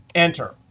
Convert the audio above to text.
enter.